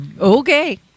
Okay